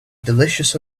delicious